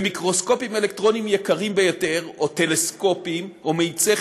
ומיקרוסקופים אלקטרוניים יקרים ביותר או טלסקופים או מאיצי